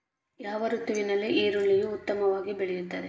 ಯಾವ ಋತುವಿನಲ್ಲಿ ಈರುಳ್ಳಿಯು ಉತ್ತಮವಾಗಿ ಬೆಳೆಯುತ್ತದೆ?